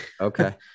okay